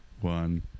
one